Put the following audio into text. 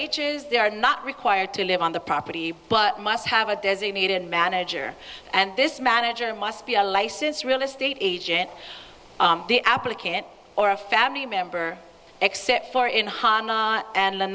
ages they are not required to live on the property but must have a designated manager and this manager must be a license real estate agent the applicant or a family member except for in harness and the